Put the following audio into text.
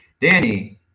Danny